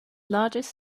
largest